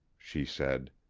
she said.